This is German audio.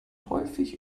häufig